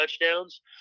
touchdowns